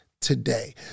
today